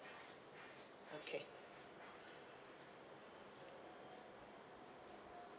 okay